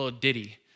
ditty